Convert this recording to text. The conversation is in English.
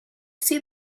see